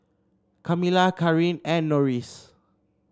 Kamilah Kareen and Norris